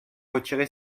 retiré